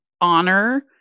honor